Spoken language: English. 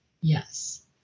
Yes